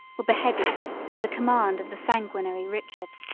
were beheaded by the command of the sanguinary richard.